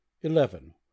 eleven